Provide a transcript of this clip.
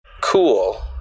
cool